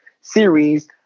Series